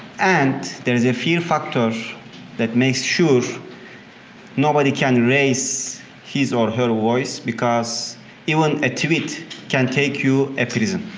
and there is a fear factor that makes sure nobody can raise his or her voice because even a tweet can take you a prison.